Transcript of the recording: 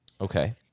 Okay